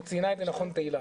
וציינה זאת נכון תהלה,